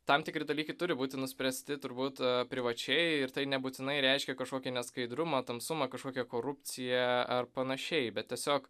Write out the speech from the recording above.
tam tikri dalykai turi būti nuspręsti turbūt privačiai ir tai nebūtinai reiškia kažkokį neskaidrumą tamsumą kažkokią korupciją ar panašiai bet tiesiog